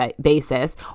basis